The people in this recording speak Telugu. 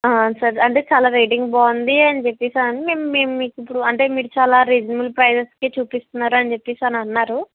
సార్ అంటే చాలా రేటింగ్ బాగుంది అని చెప్పేసి అని మేం మేం మీకు ఇప్పుడు అంటే మీరు చాలా రీజనబుల్ ప్రైజెస్కి చూపిస్తున్నారు అని చెప్పేసి అని అన్నారు